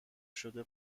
شده